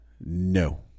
No